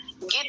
get